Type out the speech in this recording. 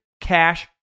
Cash